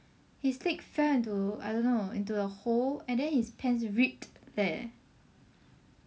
his leg fell into I don't know into a hole and then his pants ripped leh